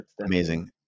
Amazing